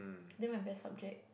then my best subject